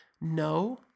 No